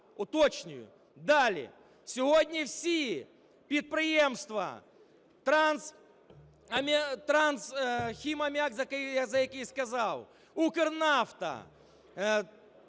Далі. Сьогодні всі підприємства "Трансхімаміак", за який я сказав, "Укрнафта"